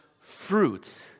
fruit